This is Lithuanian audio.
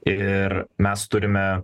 ir mes turime